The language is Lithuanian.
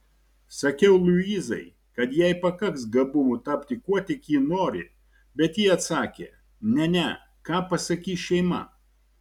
sakiau luizai kad jai pakaks gabumų tapti kuo tik ji nori bet ji atsakė ne ne ką pasakys šeima